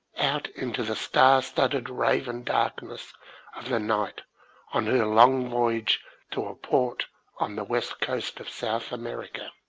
out into the star-studded raven darkness of the night on her long voyage to a port on the west coast of south america.